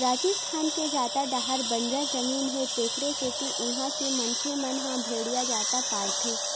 राजिस्थान के जादा डाहर बंजर जमीन हे तेखरे सेती उहां के मनखे मन ह भेड़िया जादा पालथे